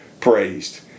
praised